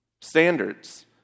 standards